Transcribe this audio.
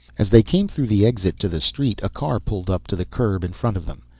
as they came through the exit to the street a car pulled up to the curb in front of them.